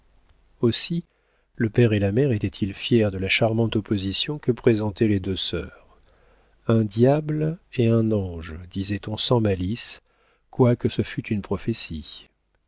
aussi le père et la mère étaient-ils fiers de la charmante opposition que présentaient les deux sœurs un diable et un ange disait-on sans malice quoique ce fût une prophétie